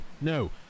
No